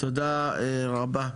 תודה רבה.